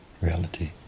reality